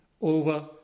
over